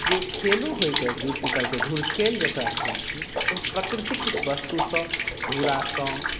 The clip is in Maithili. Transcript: अपन जे खेलो होइत अछि जूड़शीतलके दिन धुरखेल जकरा कहैत छियै ओ प्रकृतिक वस्तुसँ धूरासँ